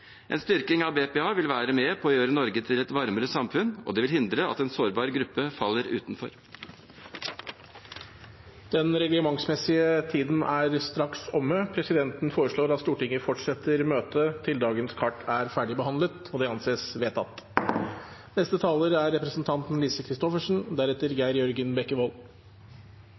En styrking av BPA vil være med på å gjøre Norge til et varmere samfunn, og det vil hindre at en sårbar gruppe faller utenfor. Den reglementsmessige tiden for møtet er straks omme. Presidenten foreslår at Stortinget fortsetter møtet til dagens kart er ferdigbehandlet. – Det anses vedtatt.